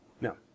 No